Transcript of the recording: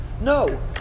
No